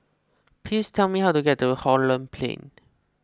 please tell me how to get to Holland Plain